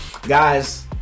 guys